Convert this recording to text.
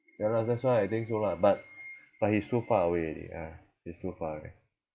ya lah that's why I think so lah but but it's too far away already ah it's too far away